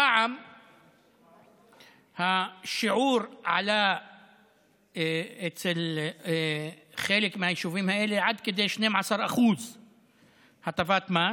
הפעם השיעור עלה בחלק מהיישובים האלה עד כדי 12% הטבת מס.